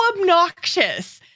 obnoxious